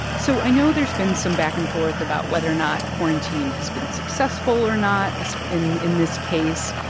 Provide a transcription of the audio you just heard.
so i know there's been some back-and-forth about whether or not quarantine has been successful or not ah in in this case,